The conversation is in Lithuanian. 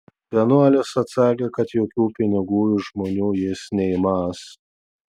vienuolis atsakė kad jokių pinigų iš žmonių jis neimąs